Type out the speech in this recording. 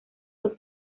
dos